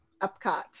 Epcot